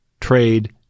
trade